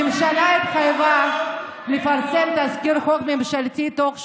הממשלה התחייבה לפרסם תזכיר חוק ממשלתי תוך שבועיים.